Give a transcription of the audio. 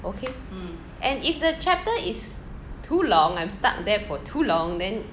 okay and if the chapter is too long I'm stuck there for too long then